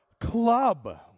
club